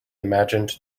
imagined